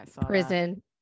prison